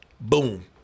Boom